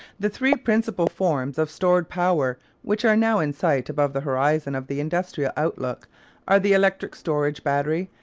the three principal forms of stored power which are now in sight above the horizon of the industrial outlook are the electric storage battery,